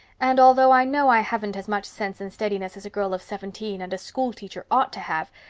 and, although i know i haven't as much sense and steadiness as a girl of seventeen and a schoolteacher ought to have,